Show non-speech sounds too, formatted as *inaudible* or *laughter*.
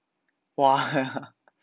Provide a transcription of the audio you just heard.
!wah! *laughs*